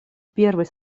первой